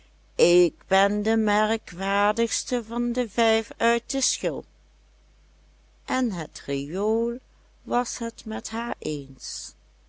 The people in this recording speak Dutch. ik ben de merkwaardigste van de vijf uit de schil en het riool was het met haar eens